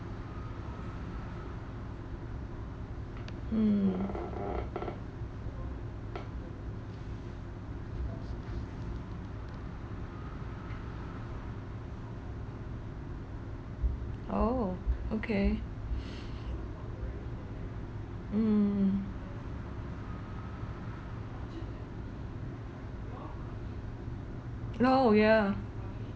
mm oh okay mm oh ya